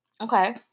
Okay